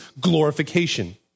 glorification